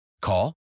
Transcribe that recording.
Call